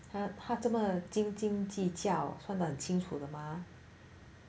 他他这么斤斤计较算得清楚的吗